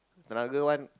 Tenaga one